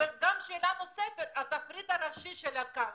שאלה נוספת באיזה שפה התפריט הראשי של הקו?